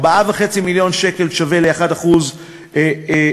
4.5 מיליארד שקל שווה ל-1% מע"מ,